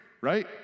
right